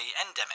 endemic